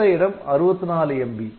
மொத்த இடம் 64 MB